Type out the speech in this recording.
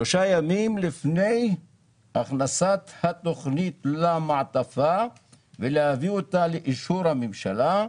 שלושה ימים לפניי הכנסת התכנית למעטפה ולהביא אותה לאישור הממשלה,